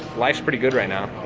life's pretty good right now.